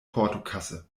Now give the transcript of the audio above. portokasse